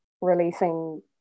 releasing